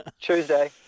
Tuesday